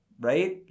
Right